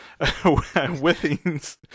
Withings